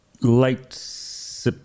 late